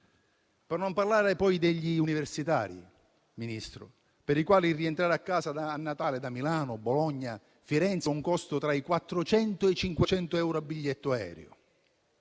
Per non parlare poi degli universitari, signor Ministro, per i quali rientrare a casa a Natale da Milano, Bologna o Firenze ha un costo tra i 400 e i 500 euro a biglietto aereo.